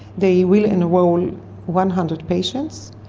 they will enrol one hundred patients,